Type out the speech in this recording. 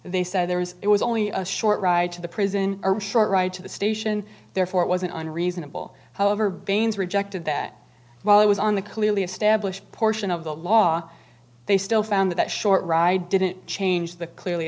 and they said there was it was only a short ride to the prison or a short ride to the station therefore it wasn't unreasonable however bain's rejected that while i was on the clearly established portion of the law they still found that short ride didn't change the clearly